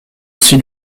aussi